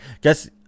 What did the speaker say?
guess